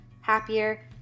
happier